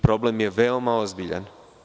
Problem je veoma ozbiljan.